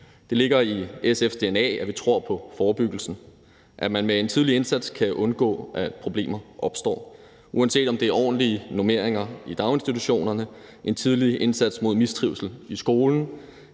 Det ligger i SF's dna, at vi tror på forebyggelse; at vi med en tidlig indsats kan undgå, at problemer opstår, uanset om det er i forhold til ordentlige normeringer i daginstitutionerne, en tidlig indsats mod mistrivsel i skolen